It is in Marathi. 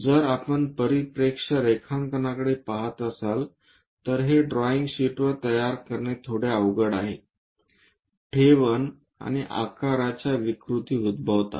जर आपण परिप्रेक्ष्य रेखांकनाकडे पहात असाल तर हे ड्रॉइंग शीटवर तयार करणे थोडे अवघड आहे ठेवण आणि आकाराचे विकृती उद्भवतात